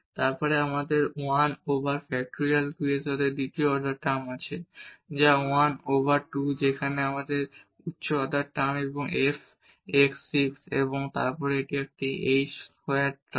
তারপরে আমাদের এই 1 ওভার ফ্যাক্টরিয়াল 2 এর সাথে দ্বিতীয় অর্ডার টার্ম আছে যা 1 ওভার 2 সেখানে একটি উচ্চ অর্ডার টার্ম f x 6 এবং তারপর এটি একটি h স্কয়ার টার্ম